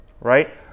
right